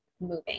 moving